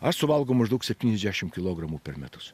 aš suvalgau maždaug septyniasdešim kilogramų per metus